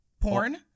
Porn